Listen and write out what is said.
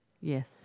Yes